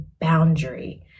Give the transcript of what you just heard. boundary